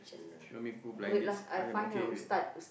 she want me go blind dates I am okay with it